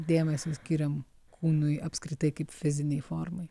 dėmesio skiriam kūnui apskritai kaip fizinei formai